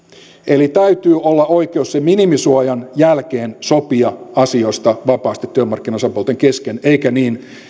eli täytyy olla oikeus sen minimisuojan jälkeen sopia asioista vapaasti työmarkkinaosapuolten kesken eikä niin